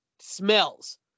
smells